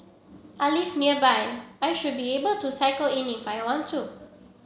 I live nearby I should be able to cycle in if I want to